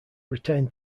retained